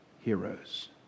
heroes